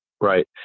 Right